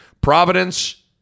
Providence